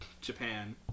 Japan